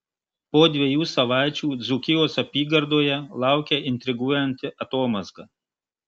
po dviejų savaičių dzūkijos apygardoje laukia intriguojanti atomazga